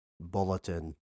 bulletin